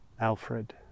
Alfred